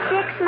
six